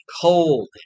cold